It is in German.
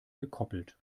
gekoppelt